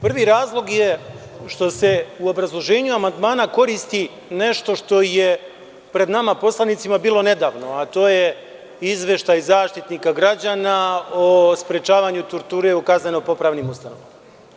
Prvi razlog je što se u obrazloženju amandmana koristi nešto što je pred nama poslanicima bilo nedavno, a to je izveštaj Zaštitnika građana o sprečavanju torture u kazneno-popravnim ustanovama.